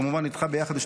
כמובן ביחד איתך,